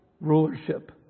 rulership